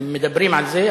הם מדברים על זה,